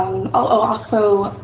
oh, also,